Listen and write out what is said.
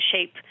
shape